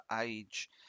Age